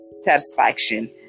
Satisfaction